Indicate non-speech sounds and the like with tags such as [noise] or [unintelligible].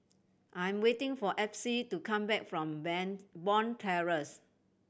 I'm waiting for Epsie to come back from [unintelligible] Bond Terrace